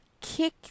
kick